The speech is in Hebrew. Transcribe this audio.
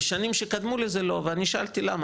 בשנים שקדמו לזה לא, ואני שאלתי למה?